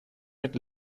mit